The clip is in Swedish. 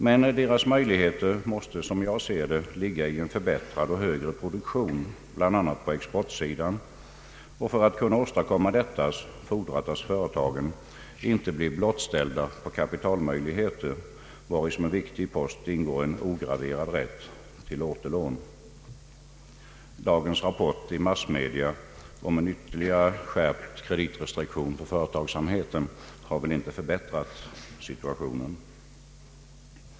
Men deras möjligheter måste, som jag ser det, ligga i en förbättrad och högre produktion, bland annat på exportsidan. För alt kunna åstadkomma detta fordras att företagen inte blir blottställda på kapitalmöjligheter, vari som en viktig post ingår en Oograverad rätt till återlån. Dagens rapport i massmedia om ytterligare skärpta kreditrestriktioner för företagsamheten har inte förbättrat situationen.